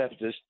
leftist